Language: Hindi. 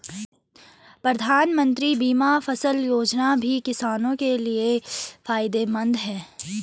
प्रधानमंत्री बीमा फसल योजना भी किसानो के लिये फायदेमंद योजना है